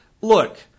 look